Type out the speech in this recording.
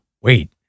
wait